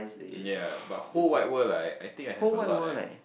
yea but whole wide world ah I think I have a lot ah